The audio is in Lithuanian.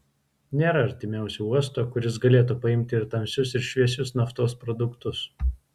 nėra artimiausio uosto kuris galėtų paimti ir tamsius ir šviesius naftos produktus